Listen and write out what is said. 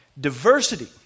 diversity